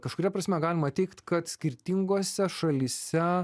kažkuria prasme galima teigt kad skirtingose šalyse